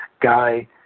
Guy